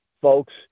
folks